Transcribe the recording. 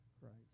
Christ